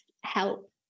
help